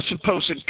supposed